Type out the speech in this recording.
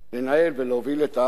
לנהל ולהוביל את העם הזה.